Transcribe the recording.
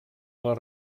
les